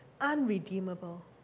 Unredeemable